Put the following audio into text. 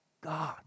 God